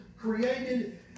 created